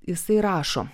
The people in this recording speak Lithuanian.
jisai rašo